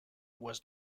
was